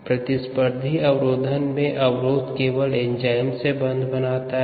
प्रतिस्पर्धी अवरोधन में अवरोध केवल एंजाइम से बंध बनाता है